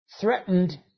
threatened